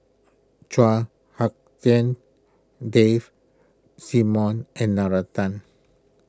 Chua Hak Lien Dave Simmons and Nalla Tan